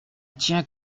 tient